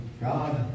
God